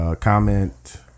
comment